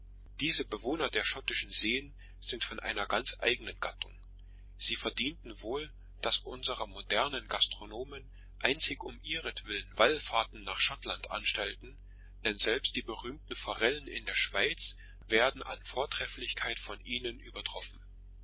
diese bewohner der schottischen seen sind von einer ganz eigenen gattung sie verdienten wohl daß unsere modernen gastronomen einzig um ihretwillen wallfahrten nach schottland anstellten denn selbst die berühmten forellen in der schweiz werden an vortrefflichkeit von ihnen übertroffen